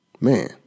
man